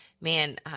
man